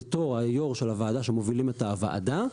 בתוך היו"ר של הוועדה שמובילים את הוועדה,